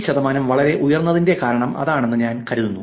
ഈ ശതമാനം വളരെ ഉയർന്നതിന്റെ കാരണം അതാണെന്ന് ഞാൻ കരുതുന്നു